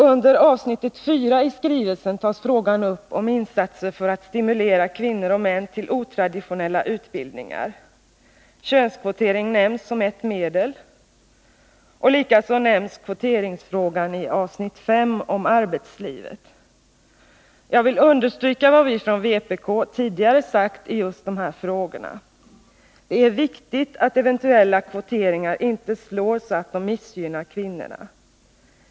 Under avsnitt 4 i skrivelsen behandlas frågan om insatser för att stimulera kvinnor och män till otraditionella utbildningar. Könskvotering nämns som ett medel. Kvoteringsfrågan nämns likaså i avsnitt 5 om arbetslivet. Jag vill understryka vad vi från vpk tidigare sagt i just dessa frågor. Det är viktigt att eventuella kvoteringar inte slår så, att de missgynnar kvinnorna.